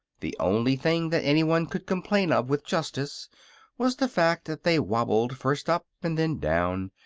the only thing that anyone could complain of with justice was the fact that they wobbled first up and then down,